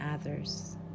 others